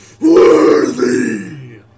worthy